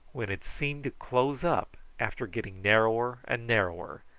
when it seemed to close up after getting narrower and narrower,